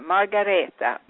Margareta